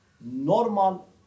normal